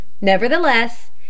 nevertheless